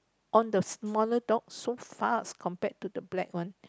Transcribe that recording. on the smaller dog so fast compared to the black one